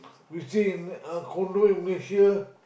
you see in uh condo in Malaysia